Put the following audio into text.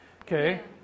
Okay